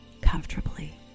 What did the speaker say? comfortably